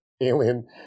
alien